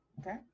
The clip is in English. okay